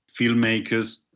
filmmakers